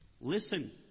Listen